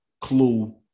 Clue